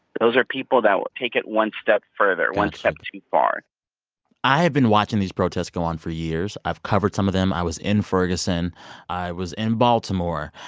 those are people that will take it one step further, one step too far i have been watching these protests go on for years. i've covered some of them. i was in ferguson. i was in baltimore.